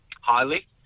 Highly